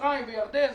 בעניין.